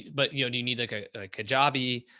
but, you know, do you need like a kajabi?